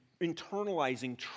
internalizing